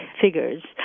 figures